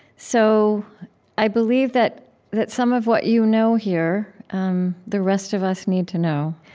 so i believe that that some of what you know here um the rest of us need to know.